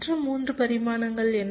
மற்ற 3 பரிமாணங்கள் என்ன